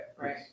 right